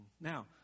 Now